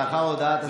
לאחר הודעת השר,